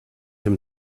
him